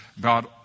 God